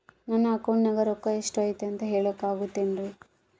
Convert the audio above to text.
ನನ್ನ ಅಕೌಂಟಿನ್ಯಾಗ ರೊಕ್ಕ ಎಷ್ಟು ಐತಿ ಅಂತ ಹೇಳಕ ಆಗುತ್ತೆನ್ರಿ?